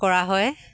কৰা হয়